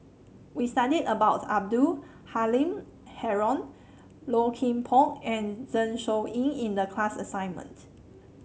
we studied about Abdul Halim Haron Low Kim Pong and Zeng Shouyin in the class assignment